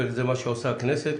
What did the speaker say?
וזה מה שעושה הכנסת,